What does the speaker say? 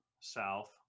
south